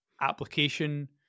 application